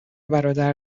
برادر